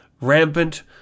rampant